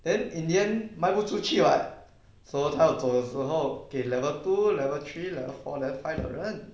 then in the end 卖不出去 [what] so 她要走的时候给 level two level three level four level five 的人